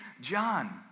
John